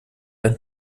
ein